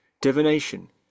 divination